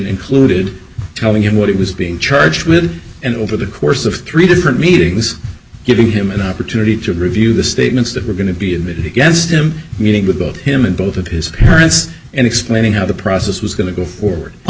included telling him what he was being charged with and over the course of three different meetings giving him an opportunity to review the statements that were going to be admitted against him meeting with him and both of his parents and explaining how the process was going to go for